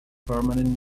permanent